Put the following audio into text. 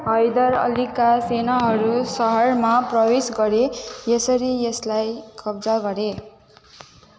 हैदर अलीका सेनाहरू सहरमा प्रवेश गरे यसरी यसलाई कब्जा गरे